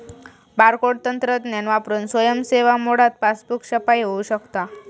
barcode तंत्रज्ञान वापरून स्वयं सेवा मोडात पासबुक छपाई होऊ शकता